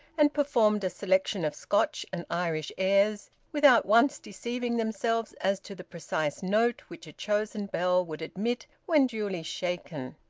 and performed a selection of scotch and irish airs, without once deceiving themselves as to the precise note which a chosen bell would emit when duly shaken.